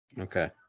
Okay